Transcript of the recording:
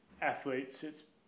athletes—it's